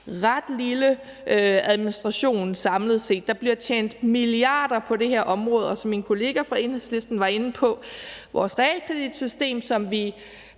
ret lille administration samlet set. Der bliver tjenta milliarder på det her område, og som min kollega fra Enhedslisten var inde på, blærer vi os med